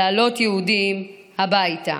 להעלות יהודים הביתה.